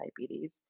diabetes